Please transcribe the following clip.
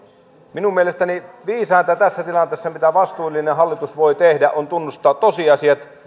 minun mielestäni viisainta tässä tilanteessa mitä vastuullinen hallitus voi tehdä on tunnustaa tosiasiat